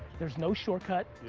there's no shortcut. yeah.